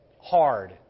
hard